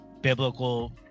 biblical